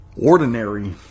ordinary